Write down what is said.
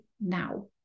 now